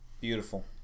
beautiful